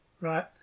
right